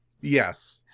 Yes